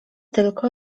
tylko